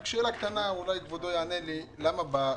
רק שאלה קטנה, אולי כבודו יענה לי: למה בחקלאות,